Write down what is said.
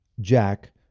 jack